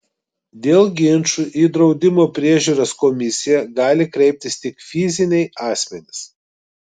dėl ginčų į draudimo priežiūros komisiją gali kreiptis tik fiziniai asmenys